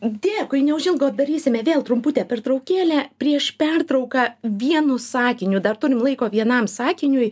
dėkui neužilgo darysime vėl trumputę pertraukėlę prieš pertrauką vienu sakiniu dar turim laiko vienam sakiniui